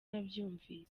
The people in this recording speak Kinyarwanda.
nabyumvise